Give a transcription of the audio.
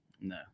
No